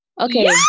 okay